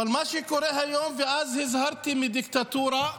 אז הזהרתי מדיקטטורה,